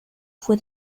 fue